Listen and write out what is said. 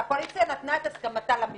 שהקואליציה נתנה את הסכמתה למיזוג.